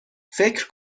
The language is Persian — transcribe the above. فکر